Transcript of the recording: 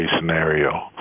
scenario